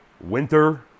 Winter